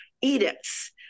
edicts